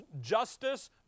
justice